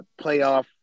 playoff